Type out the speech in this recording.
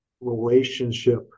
relationship